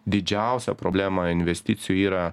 didžiausia problema investicijų yra